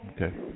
Okay